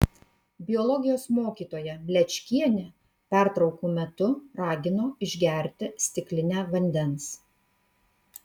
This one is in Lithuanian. biologijos mokytoja mlečkienė pertraukų metu ragino išgerti stiklinę vandens